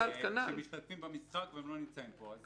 שמשתתפים במשחק והם לא נמצאים פה.